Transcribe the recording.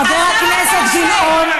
חבר הכנסת גילאון.